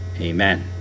Amen